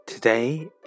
Today